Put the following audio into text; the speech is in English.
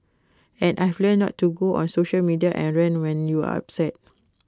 and I've learnt not to go on social media and rant when you're upset